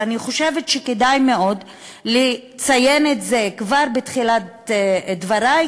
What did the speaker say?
ואני חושבת שכדאי מאוד לציין את זה כבר בתחילת דברי,